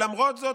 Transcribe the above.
למרות זאת,